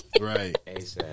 Right